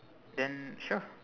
then sure